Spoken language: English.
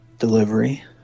delivery